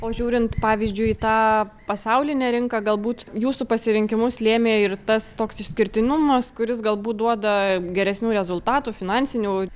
o žiūrint pavyzdžiui į tą pasaulinę rinką galbūt jūsų pasirinkimus lėmė ir tas toks išskirtinumas kuris galbūt duoda geresnių rezultatų finansinių